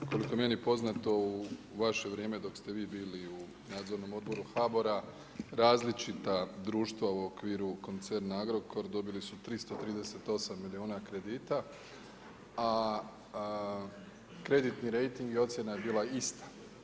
Koliko je meni poznato u vaše vrijeme dok ste vi bili u Nadzornom odboru HBOR-a različita društva u okviru koncerna Agrokor dobili su 338 milijuna kredita a kreditni rejting i ocjena je bila ista.